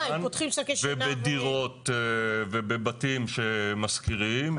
ובדירות ובבתים שמשכירים,